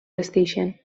vesteixen